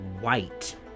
White